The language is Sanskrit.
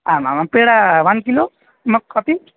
आमाम् आं पेडा वन् किलो मक्कपि